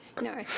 No